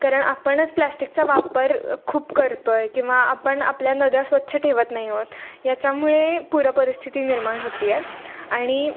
कारण आपणच प्लॅस्टिकचा वापर खूप करतो आहे किंवा आपण आपल्या नद्या स्वच्छ ठेवत नाही आहोत याच्यामुळे पूरपरिस्थिती निर्माण होते आहे आणि